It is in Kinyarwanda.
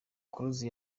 close